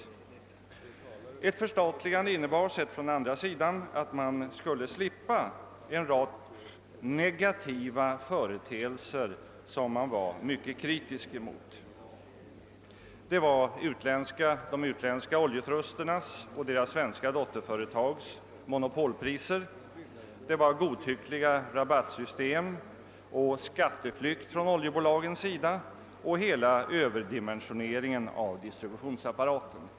Ett förstatligande innebure vidare att man skulle slippa en rad negativa företeelser som utredningen var mycket kritisk emot, nämligen de utländska oljetrusternas och deras svenska dotterföretags monopolpriser, godtyckliga rabattsystem, skatteflykt från oljebolagens sida och överdimensionering av distributionsapparaten.